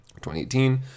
2018